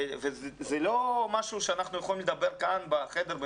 זה לא משהו שאנחנו יכולים לדבר כאן בחדר,